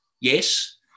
yes